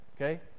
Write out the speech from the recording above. okay